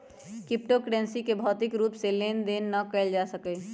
crypto currency के भौतिक रूप से लेन देन न कएल जा सकइय